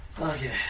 Okay